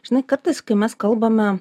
žinai kartais kai mes kalbame